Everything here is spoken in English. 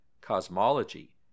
cosmology